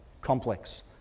complex